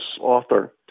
author